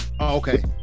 okay